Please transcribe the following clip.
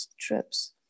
trips